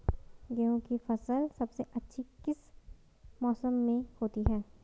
गेहूँ की फसल सबसे अच्छी किस मौसम में होती है